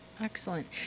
Excellent